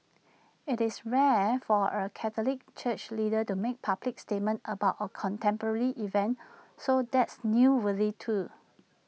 IT is rare for A Catholic church leader to make public statements about A contemporary event so that's newsworthy too